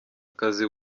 akazi